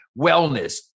wellness